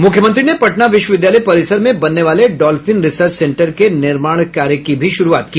मुख्यमंत्री ने पटना विश्वविद्यालय परिसर में बनने वाले डॉल्फिन रिसर्च सेंटर के निर्माण कार्य की भी शुरूआत की